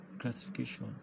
classification